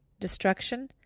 destruction